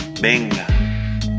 venga